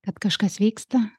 kad kažkas vyksta